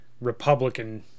Republican